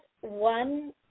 one